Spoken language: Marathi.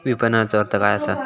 विपणनचो अर्थ काय असा?